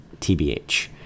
TBH